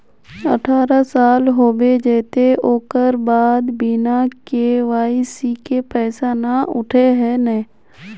अठारह साल होबे जयते ओकर बाद बिना के.वाई.सी के पैसा न उठे है नय?